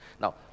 Now